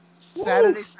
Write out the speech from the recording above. Saturday